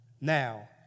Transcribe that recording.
Now